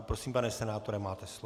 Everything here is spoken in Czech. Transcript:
Prosím, pane senátore, máte slovo.